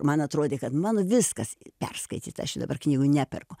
man atrodė kad mano viskas perskaityta aš dabar knygų neperku